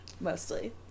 mostly